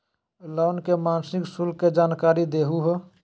Loan के मासिक शुल्क के जानकारी दहु हो?